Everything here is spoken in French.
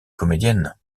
comédienne